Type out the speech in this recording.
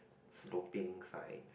sloping sides